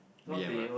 B M ah